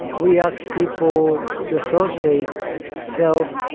we asked people to associate self,